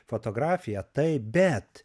fotografija taip bet